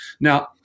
Now